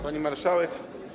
Pani Marszałek!